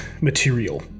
material